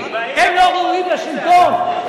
הם לא ראויים לשלטון,